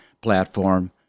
platform